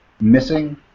missing